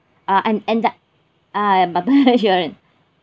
uh and and I uh but the insurance